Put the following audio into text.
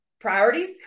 Priorities